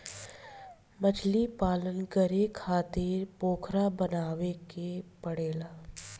मछलीपालन करे खातिर पोखरा बनावे के पड़ेला